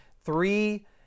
three